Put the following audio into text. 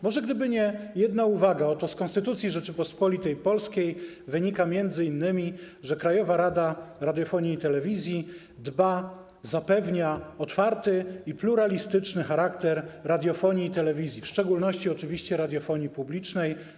Może gdyby nie jedna uwaga: oto z Konstytucji Rzeczypospolitej Polskiej wynika m.in. to, że Krajowa Rada Radiofonii i Telewizji dba, zapewnia otwarty i pluralistyczny charakter radiofonii i telewizji, w szczególności oczywiście radiofonii publicznej.